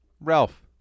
Ralph